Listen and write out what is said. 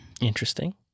Interesting